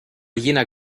jener